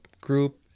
group